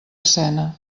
escena